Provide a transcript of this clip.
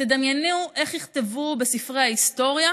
תדמיינו איך יכתבו בספרי ההיסטוריה